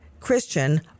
Christian